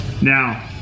now